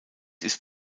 ist